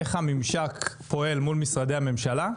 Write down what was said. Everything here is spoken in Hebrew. איך הממשק פועל מול משרדי הממשלה,